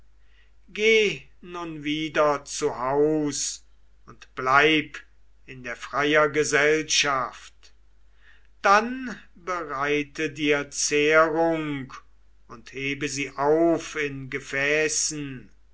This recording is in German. gehe nun wieder zu haus und bleib in der freier gesellschaft dann bereite dir zehrung und hebe sie auf in gefäßen